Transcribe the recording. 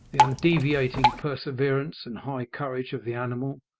the undeviating perseverance and high courage of the animal,